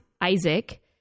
Isaac